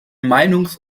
meinungs